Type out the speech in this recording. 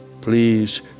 please